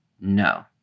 No